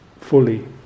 fully